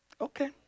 Okay